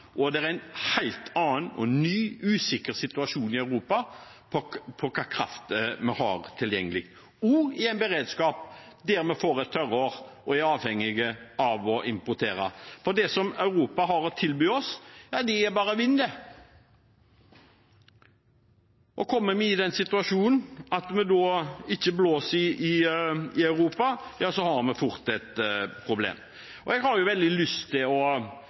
og det er en helt annen og ny usikker situasjon i Europa når det gjelder hvilken kraft vi har tilgjengelig, også i beredskap når vi får et tørrår og er avhengig av å importere. For det som Europa har å tilby oss, det er bare vind. Kommer vi i den situasjonen at det ikke blåser i Europa, har vi fort et problem. Jeg har veldig lyst til å